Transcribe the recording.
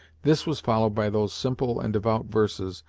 this was followed by those simple and devout verses,